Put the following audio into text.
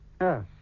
Yes